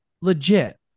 legit